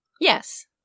Yes